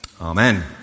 Amen